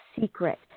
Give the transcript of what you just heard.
secret